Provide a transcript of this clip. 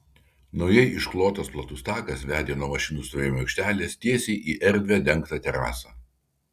naujai išklotas platus takas vedė nuo mašinų stovėjimo aikštelės tiesiai į erdvią dengtą terasą